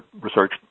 research